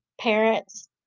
parents